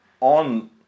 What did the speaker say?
on